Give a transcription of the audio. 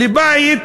לבית,